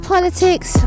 politics